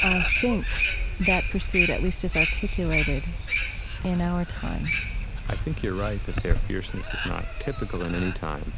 i think that pursuit at least is articulated in our time i think you're right that their fierceness is not typical in any time.